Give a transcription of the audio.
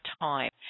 time